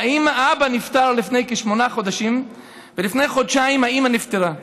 האבא נפטר לפני כשמונה חודשים ולפני חודשיים האימא נפטרה.